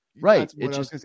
right